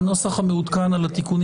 הצבעה אושר הנוסח המעודכן עם התיקונים